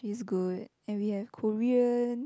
is good and we have Korean